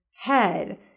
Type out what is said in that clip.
head